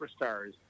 superstars